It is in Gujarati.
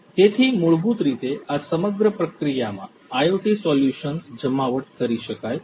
તેથી મૂળભૂત રીતે આ સમગ્ર પ્રક્રિયામાં IoT સોલ્યુશન્સ જમાવટ કરી શકાય છે